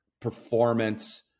performance